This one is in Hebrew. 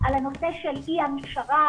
על הנושא של אי הנשרה,